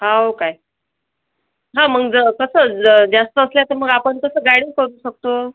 हाव काय हा मंग कसं जास्त असल्या तर मग आपण कसं गाईडन्स करू शकतो